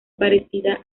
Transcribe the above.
parecida